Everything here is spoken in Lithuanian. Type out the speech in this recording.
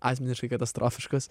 asmeniškai katastrofiškos